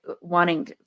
wanting